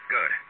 Good